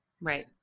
right